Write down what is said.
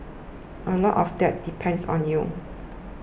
a lot of that depends on you